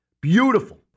Beautiful